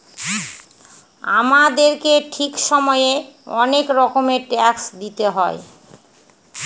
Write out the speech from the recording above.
আমাদেরকে ঠিক সময়ে অনেক রকমের ট্যাক্স দিতে হয়